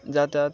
যাতায়াত